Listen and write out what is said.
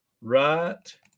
right